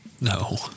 No